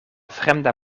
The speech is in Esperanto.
fremda